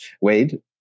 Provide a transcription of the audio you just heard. Wade